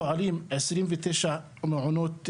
פועלים 29 מעונות יום,